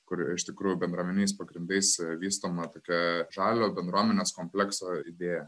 kur iš tikrųjų bendruomeniniais pagrindais vystoma tokia žalio bendruomenės komplekso idėja